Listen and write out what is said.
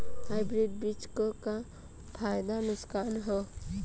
Hybrid बीज क का फायदा नुकसान ह?